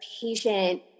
patient